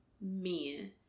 men